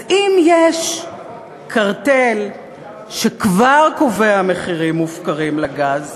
אז אם יש קרטל שכבר קובע מחירים מופקרים לגז,